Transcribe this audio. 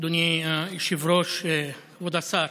אדוני היושב-ראש, כבוד השר,